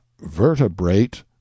vertebrate